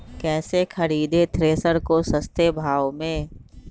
कैसे खरीदे थ्रेसर को सस्ते भाव में?